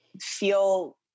feel